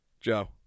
Joe